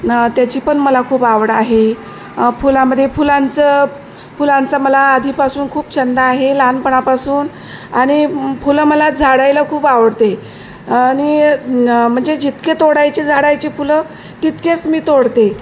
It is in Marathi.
न त्याची पण मला खूप आवड आहे फुलामध्ये फुलांचं फुलांचं मला आधीपासून खूप छंद आहे लहानपणापासून आणि फुलं मला झाडायला खूप आवडते आणि म्हणजे जितके तोडायचे झाडायचे फुलं तितकेच मी तोडते